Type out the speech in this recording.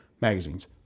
Magazines